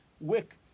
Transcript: wick